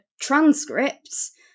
transcripts